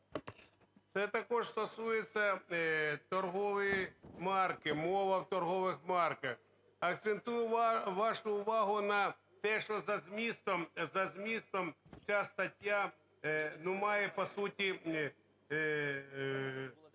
Це також стосується торгової марки, мови в торгових марках. Акцентую вашу увагу на те, що за змістом ця стаття має по суті одну